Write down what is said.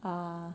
ah